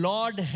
Lord